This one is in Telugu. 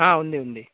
ఉంది ఉంది